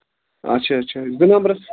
اچھا اچھا زٕ نمبرَس